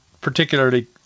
particularly